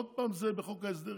עוד פעם זה בחוק ההסדרים,